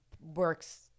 works